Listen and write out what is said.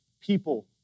people